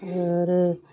आरो